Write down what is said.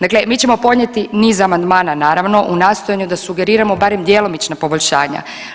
Dakle, mi ćemo podnijeti niz amandmana naravno u nastojanju da sugeriramo barem djelomična poboljšanja.